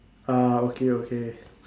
ah okay okay